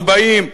40,